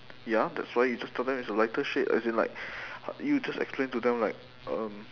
ya that's why you just tell them it's a lighter shade as in like you just explain to them like um